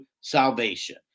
salvation